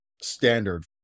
standard